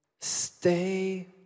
stay